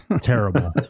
Terrible